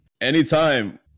Anytime